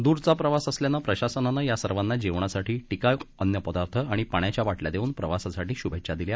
दूरचा प्रवास असल्याने प्रशासनानं या सर्वाना जेवणासाठी टिकाऊ अन्नपदार्थ व पाण्याच्या बाटल्या देवून प्रवासासाठी शुभेच्छा दिल्या